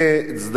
צד אחד,